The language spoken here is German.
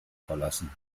verlassen